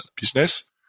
business